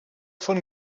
von